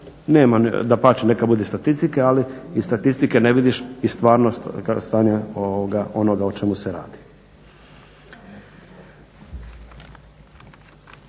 nema, dapače neka bude statistike, ali iz statistike ne vidiš i stvarno stanje onoga o čemu se radi.